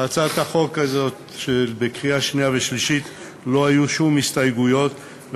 להצעת החוק הזאת לא היו שום הסתייגויות בקריאה שנייה ושלישית,